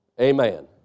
Amen